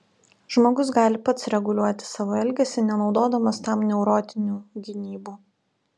žmogus gali pats reguliuoti savo elgesį nenaudodamas tam neurotinių gynybų